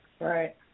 Right